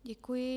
Děkuji.